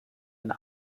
eine